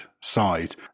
side